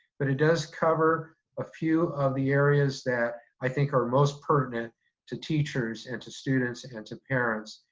but it does cover a few of the areas that i think are most pertinent to teachers and to students and to parents,